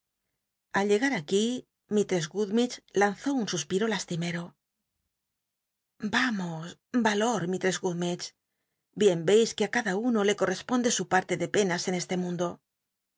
al llcgat aquí mi trcss gummiclge lanzó un suspi to lastimero vamos valor misl ress gummidge bien ci que á cada uno le corresponde su patte de penas en este mundo